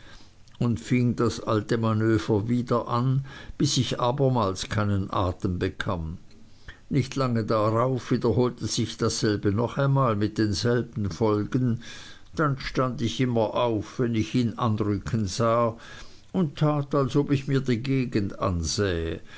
und fing das alte manöver wieder an bis ich abermals keinen atem bekam nicht lange darauf wiederholte sich dasselbe noch einmal mit denselben folgen dann stand ich immer auf wenn ich ihn heranrücken sah und tat als ob ich mir die gegend ansähe